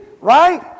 right